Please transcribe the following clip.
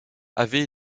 avaient